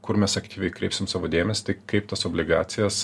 kur mes aktyviai kreipsim savo dėmesį tai kaip tas obligacijas